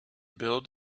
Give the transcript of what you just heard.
build